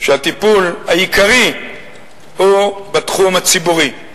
שהטיפול העיקרי הוא בתחום הציבורי.